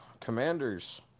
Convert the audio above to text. commanders